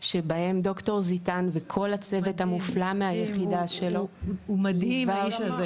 שבהם ד"ר זיתן וכל הצוות המופלא מהיחידה שלו --- הוא מדהים,